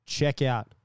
Checkout